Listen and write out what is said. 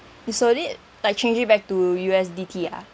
you sold it like change it back to U_S_D_T ah